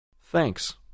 Thanks